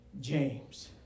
James